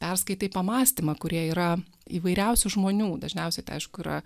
perskaitai pamąstymą kurie yra įvairiausių žmonių dažniausiai tai aišku yra